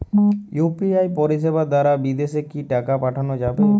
UPI পরিষেবা দারা বিদেশে কি টাকা পাঠানো যাবে?